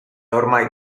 ormai